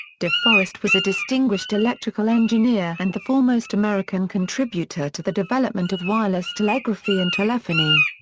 de forest was a distinguished electrical engineer and the foremost american contributor to the development of wireless telegraphy and telephony.